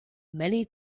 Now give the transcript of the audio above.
many